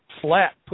flat